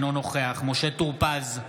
אינו נוכח משה טור פז,